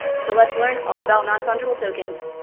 so let's learn all about non-fungible tokens.